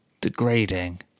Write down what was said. degrading